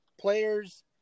players